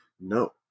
No